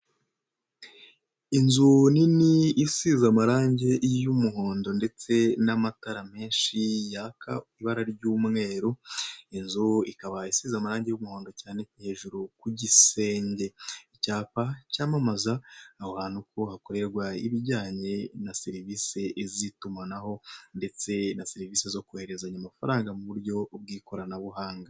Inzu nini isize amarangi y'umuhondo ndetse n'amatara menshi yaka ibara ry'umweru, inzu ikaba isize amarangi y'umuhondo cyane hejuru ku gisenge, icyapa cyamamaza aho hantu ko hakorerwa ibijyanye na serivise zitumanaho, ndetse na serivisi zo koherezanya amafaranga mu uburyo bw'ikoranabuhanga.